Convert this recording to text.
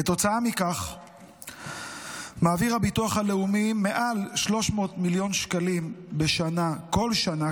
כתוצאה מכך מעביר הביטוח הלאומי מעל 300 מיליון שקלים בשנה כל שנה,